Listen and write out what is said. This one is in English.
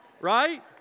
right